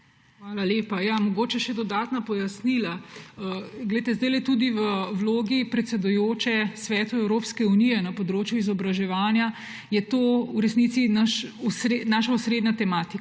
Hvala lepa. Mogoče še dodatna pojasnila. Zdajle je tudi v vlogi predsedujoče Svetu Evropske unije na področju izobraževanja to v resnici naša osrednja tematika,